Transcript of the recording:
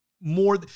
more